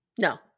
No